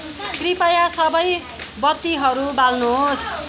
कृपया सबै बत्तीहरू बाल्नुहोस्